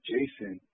Jason